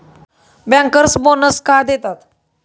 Bankers bonus का देतात?